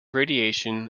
radiation